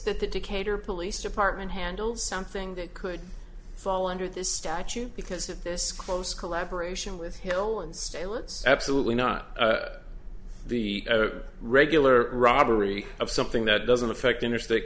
that the decatur police department handles something that could fall under this statute because of this close collaboration with hill and still it's absolutely not the regular robbery of something that doesn't affect interstate